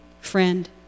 Friend